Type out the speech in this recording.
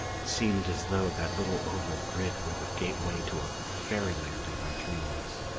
it seemed as though that little oval grid were the gateway to a fairyland of my dreams.